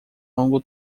longo